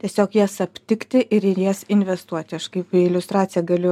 tiesiog jas aptikti ir į jas investuoti aš kaip iliustraciją galiu